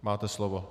Máte slovo.